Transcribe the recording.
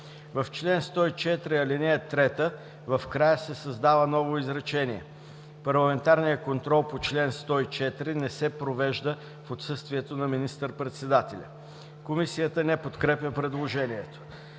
В чл. 104, ал. 3 в края се създава ново изречение: „Парламентарният контрол по чл. 104 не се провежда в отсъствието на министър-председателя.“ Комисията не подкрепя предложението.